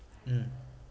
mm